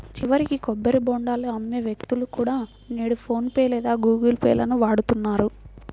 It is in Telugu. చివరికి కొబ్బరి బోండాలు అమ్మే వ్యక్తులు కూడా నేడు ఫోన్ పే లేదా గుగుల్ పే లను వాడుతున్నారు